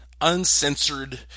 uncensored